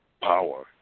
power